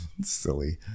silly